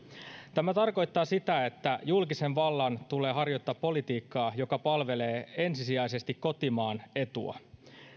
tämä tarkoittaa sitä että julkisen vallan tulee harjoittaa politiikkaa joka palvelee ensisijaisesti kotimaan etua